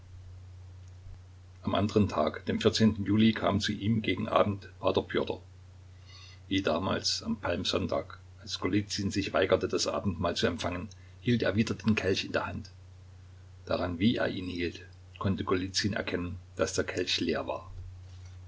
am anderen tag dem juli kam zu ihm gegen abend p pjotr wie damals am palmsonntag als golizyn sich weigerte das abendmahl zu empfangen hielt er wieder den kelch in der hand daran wie er ihn hielt konnte golizyn erkennen daß der kelch leer war